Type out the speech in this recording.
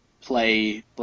play